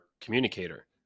communicator